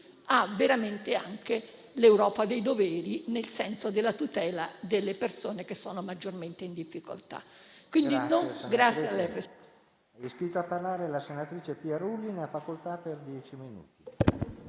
è veramente anche l'Europa dei doveri, nel senso della tutela delle persone che sono maggiormente in difficoltà.